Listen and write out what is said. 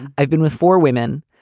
i've been with four women.